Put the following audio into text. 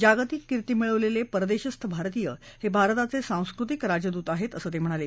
जागतिक कीर्ति मिळवलेले परदेशस्थ भारतीय हे भारताचे सांस्कृतिक राजदूत आहेत असं ते म्हणाले